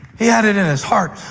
he had it in his heart.